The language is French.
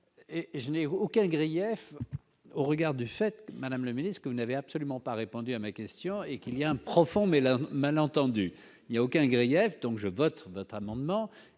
je n'ai aucun grief au regard du fait, Madame le Ministre, que vous n'avez absolument pas répondu à ma question est qu'il y a un profond mais la malentendu il y a aucun grief donc je vote notamment